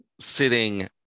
sitting